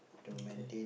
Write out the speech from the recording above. okay